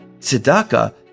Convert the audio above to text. Tzedakah